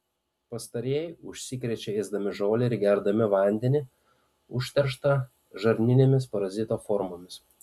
pastarieji užsikrečia ėsdami žolę ir gerdami vandenį užterštą žarninėmis parazito formomis